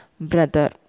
brother